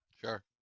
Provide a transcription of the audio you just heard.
Sure